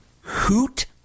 hoot